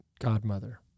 Godmother